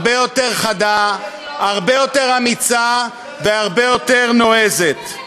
הרבה יותר חדה, הרבה יותר אמיצה והרבה יותר נועזת.